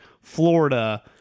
Florida